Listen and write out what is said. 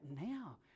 now